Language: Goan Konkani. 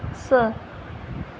स